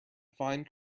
find